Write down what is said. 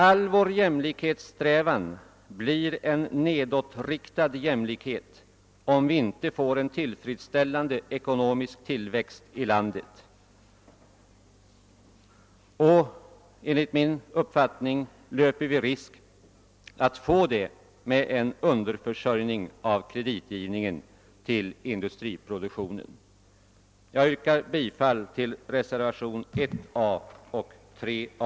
All den jämlikhet vi strävar mot blir en jämlikhet på en låg nivå, om vi inte får en tillfredsställande ekonomisk tillväxt i landet. Enligt min uppfattning löper vi risk härför med en underförsörjning när det gäller kreditgivningen till industriproduktionen. Herr talman! Jag yrkar bifall till reservationerna 1 och 3 a.